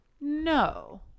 No